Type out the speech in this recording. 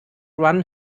run